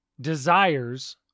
desires